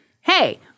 hey—